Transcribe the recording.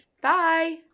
bye